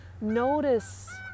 notice